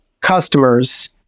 customers